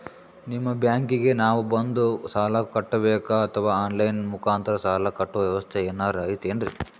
ನಿಮ್ಮ ಬ್ಯಾಂಕಿಗೆ ನಾವ ಬಂದು ಸಾಲ ಕಟ್ಟಬೇಕಾ ಅಥವಾ ಆನ್ ಲೈನ್ ಮುಖಾಂತರ ಸಾಲ ಕಟ್ಟುವ ವ್ಯೆವಸ್ಥೆ ಏನಾರ ಐತೇನ್ರಿ?